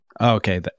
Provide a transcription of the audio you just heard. Okay